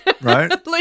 Right